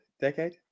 decade